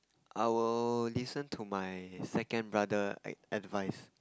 I will listen to my second brother ad~ advice